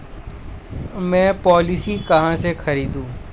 मैं पॉलिसी कहाँ से खरीदूं?